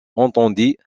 entendit